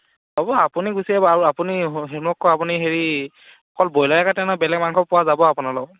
হ'ব আপুনি গুচি আহিব আৰু আপুনি মোক আকৌ আপুনি হেৰি অকল ব্ৰইলাৰে কাটেনে বেলেগ মাংসও পোৱা যাব আপোনাৰ তাত